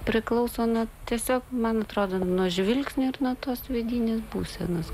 priklauso nuo tiesiog man atrodo nuo žvilgsnio ir nuo tos vidinės būsenos